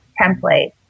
template